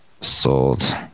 sold